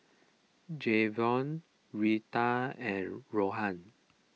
Jayvion Retta and Ronan